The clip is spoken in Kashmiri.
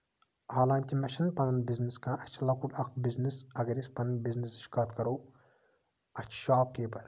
حالنکہِ مےٚ چھُنہٕ پَنُن بِزنِس کانہہ اسہِ چھُ لۄکُٹ اکھ بِزنِس اَگر أسۍ پَنٕنۍ بِزنِسٕچ کَتھ کرو اَسہِ چھُ شوپ کیٖپَر